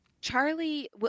Charlie